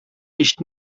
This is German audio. ich